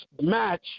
match